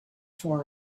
for